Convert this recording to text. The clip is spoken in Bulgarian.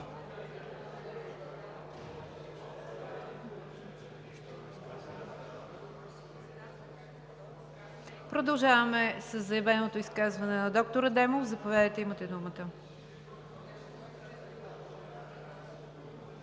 Продължаваме със заявеното изказване на доктор Адемов. Заповядайте, имате думата.